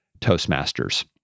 Toastmasters